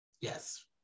yes